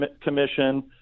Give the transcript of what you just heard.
commission